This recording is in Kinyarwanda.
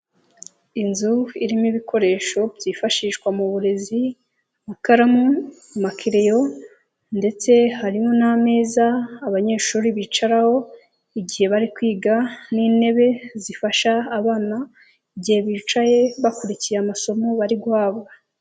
Inzu irimo ibikoresho byifashishwa mu burezi, amakaramu, amakereyo ndetse harimo n'ameza abanyeshuri bicaraho igihe bari kwiga n'intebe zifasha abana igihe bicaye bakurikiye amasomo bari guhabwa.